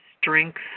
strength